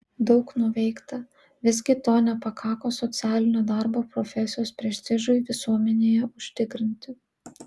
daug nuveikta visgi to nepakako socialinio darbo profesijos prestižui visuomenėje užtikrinti